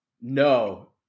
no